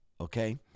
Okay